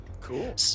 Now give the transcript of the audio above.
cool